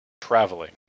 traveling